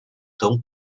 tão